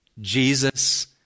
Jesus